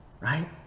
right